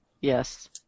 Yes